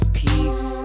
peace